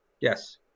Yes